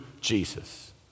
Jesus